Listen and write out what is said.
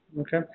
Okay